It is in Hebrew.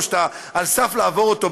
או שאתה על הסף לעבור אותו,